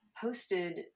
posted